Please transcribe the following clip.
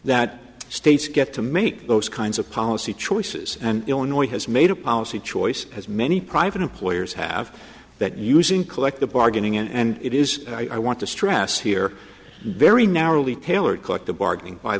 that states get to make those kinds of policy choices and illinois has made a policy choice as many private employers have that using collective bargaining and it is i want to stress here very narrowly tailored collective bargaining by